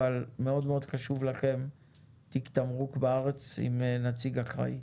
אבל מאוד מאוד חשוב לכם תיק תמרוק בארץ עם נציג אחראי,